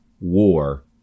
war